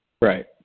Right